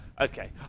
Okay